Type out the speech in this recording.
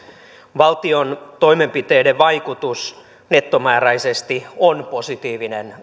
valtion toimenpiteiden vaikutus kuntatalouteen nettomääräisesti on positiivinen